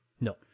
No